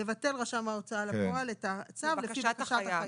יבטל רשם ההוצאה לפועל את הצו לפי בקשת החייב.